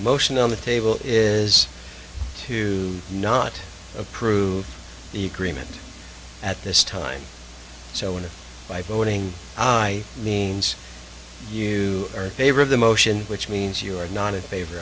motion on the table is to not approve the agreement at this time so if by voting i means you are favor of the motion which means you are not in favor